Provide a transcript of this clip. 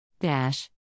Dash